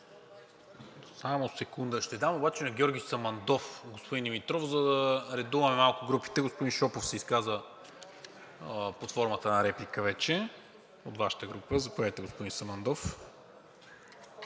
Само секунда. Ще дам първо на Георги Самандов, господин Димитров, за да редуваме малко групите, господин Шопов се изказа под формата на реплика вече от Вашата група. Заповядайте, господин Самандов.